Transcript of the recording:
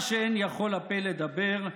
מה שאין יכול הפה לדבר,